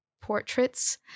portraits